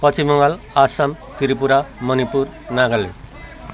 Paschim Bangal Assam Tripura Manipur Nagaland